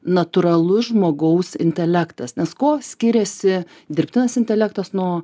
natūralus žmogaus intelektas nes kuo skiriasi dirbtinas intelektas nuo